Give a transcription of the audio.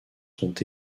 sont